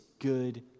good